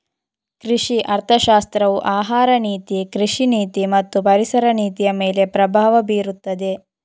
ಕೃಷಿ ಅರ್ಥಶಾಸ್ತ್ರವು ಆಹಾರ ನೀತಿ, ಕೃಷಿ ನೀತಿ ಮತ್ತು ಪರಿಸರ ನೀತಿಯಮೇಲೆ ಪ್ರಭಾವ ಬೀರುತ್ತದೆ